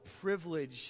privilege